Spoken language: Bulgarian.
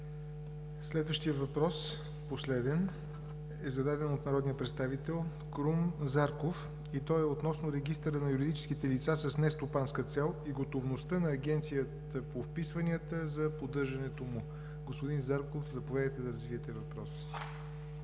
Следващият въпрос, последен, е зададен от народния представител Крум Зарков и той е относно регистъра на юридическите лица с нестопанска цел и готовността на Агенцията по вписванията за поддържането му. Господин Зарков, заповядайте да развиете въпроса си.